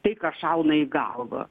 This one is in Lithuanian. tai kas šauna į galvą